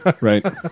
Right